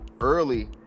early